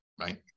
right